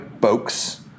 folks